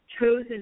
chosen